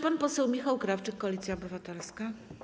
Pan poseł Michał Krawczyk, Koalicja Obywatelska.